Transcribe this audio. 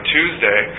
Tuesday